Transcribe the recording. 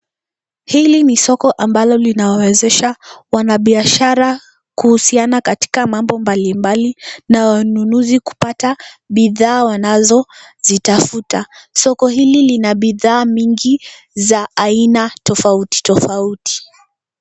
Hili ni soko ambalo linawawezesha wanabiashara kuhusiana katika mambo mbalimbali na wanunuzi kupata bidhaa wanazozitafuta. Soko hili lina bidhaa mingi za aina tofauti tofauti.